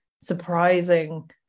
surprising